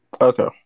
Okay